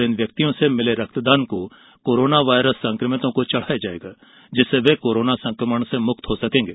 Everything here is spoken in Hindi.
इन व्यक्तियों से मिले रक्तदान को कोरोना वायरस संक्रमितों को चढ़ाया जाएगा जिससे वे कोरोना संक्रमण से मुक्त हो सकेंगे